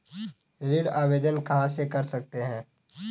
ऋण आवेदन कहां से कर सकते हैं?